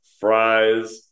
fries